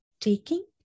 taking